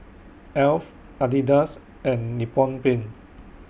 Alf Adidas and Nippon Paint